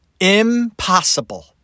Impossible